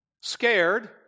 scared